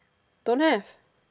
don't have